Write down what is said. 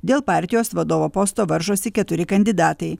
dėl partijos vadovo posto varžosi keturi kandidatai